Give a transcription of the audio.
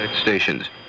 stations